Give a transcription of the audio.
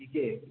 কে কে